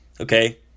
Okay